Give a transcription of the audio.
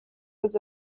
was